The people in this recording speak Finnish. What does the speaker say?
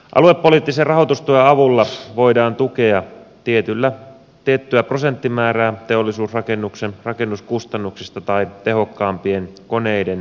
aluepoliittisen rahoitustuen avulla voidaan tukea tiettyä prosenttimäärää teollisuusrakennuksen rakennuskustannuksista tai tehokkaampien koneiden hankintahinnasta